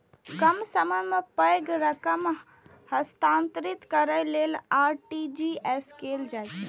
कम समय मे पैघ रकम हस्तांतरित करै लेल आर.टी.जी.एस कैल जाइ छै